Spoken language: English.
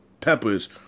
peppers